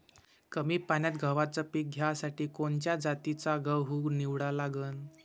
कमी पान्यात गव्हाचं पीक घ्यासाठी कोनच्या जातीचा गहू निवडा लागन?